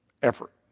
Effort